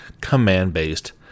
command-based